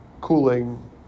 cooling